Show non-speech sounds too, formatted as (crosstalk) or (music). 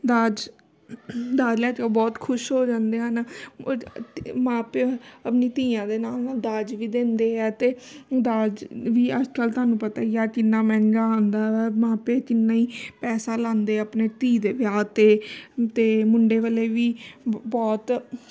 ਦਾਜ ਦਾਜ ਲੈ ਤੇ ਉਹ ਬਹੁਤ ਖੁਸ਼ ਹੋ ਜਾਂਦੇ ਹਨ (unintelligible) ਮਾਂ ਪਿਓ ਆਪਣੀ ਧੀਆਂ ਦੇ ਨਾਮ ਨਾਲ ਦਾਜ ਵੀ ਦਿੰਦੇ ਆ ਅਤੇ ਦਾਜ ਵੀ ਅੱਜ ਕੱਲ੍ਹ ਤੁਹਾਨੂੰ ਪਤਾ ਹੀ ਆ ਕਿੰਨਾ ਮਹਿੰਗਾ ਆਉਂਦਾ ਵਾ ਮਾਪੇ ਕਿੰਨਾ ਹੀ ਪੈਸਾ ਲਾਉਂਦੇ ਆਪਣੇ ਧੀ ਦੇ ਵਿਆਹ 'ਤੇ ਅਤੇ ਮੁੰਡੇ ਵਾਲੇ ਵੀ ਬ ਬਹੁਤ